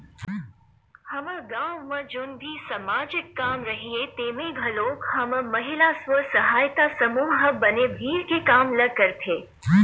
हमर गाँव म जउन भी समाजिक काम रहिथे तेमे घलोक हमर महिला स्व सहायता समूह ह बने भीड़ के काम ल करथे